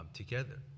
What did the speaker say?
together 。